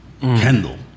Kendall